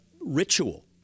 ritual